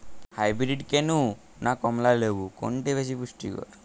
Hybrid কেনু না কমলা লেবু কোনটি বেশি পুষ্টিকর?